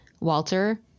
Walter